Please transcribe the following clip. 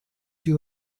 you